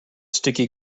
sticky